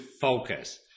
focus